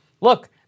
look